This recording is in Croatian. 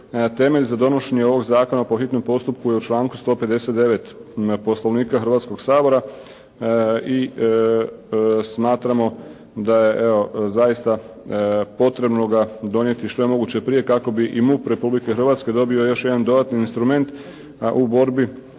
Temelj za donošenje ovog zakona po hitnom postupku je u članku 159. Poslovnika Hrvatskoga sabora i smatramo da je evo zaista potrebno ga donijeti što je moguće prije kako bi i MUP Republike Hrvatske dobio još jedan dodatni instrument u borbi